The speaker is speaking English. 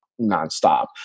nonstop